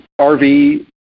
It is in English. rv